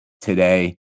today